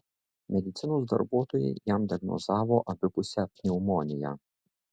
medicinos darbuotojai jam diagnozavo abipusę pneumoniją